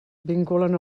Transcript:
vinculen